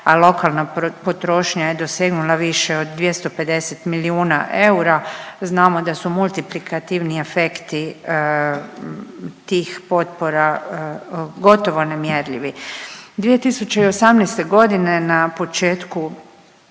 a lokalna potrošnja je dosegnula više od 250 milijuna eura, znamo da su multiplikativni efekti tih potpora gotovo nemjerljivi. 2018. godine na početku